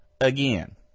again